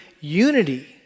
unity